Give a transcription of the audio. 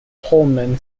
coleman